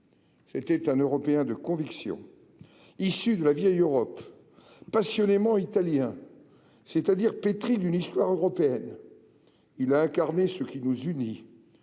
C'était un Européen de convictions. Issu de la vieille Europe, passionnément italien, c'est-à-dire pétri d'une histoire européenne, il a incarné ce qui nous unit,